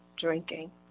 drinking